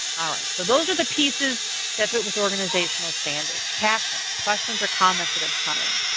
all right, so those are the pieces that fit with organizational standards. cashin, questions or comments that have come in?